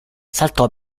saltò